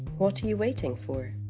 what are you waiting for?